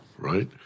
right